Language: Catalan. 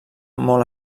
molt